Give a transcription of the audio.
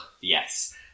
Yes